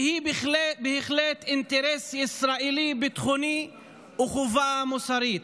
והיא בהחלט אינטרס ישראלי ביטחוני וחובה מוסרית.